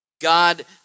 God